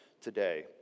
today